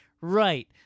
Right